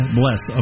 bless